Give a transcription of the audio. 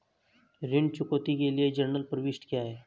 ऋण चुकौती के लिए जनरल प्रविष्टि क्या है?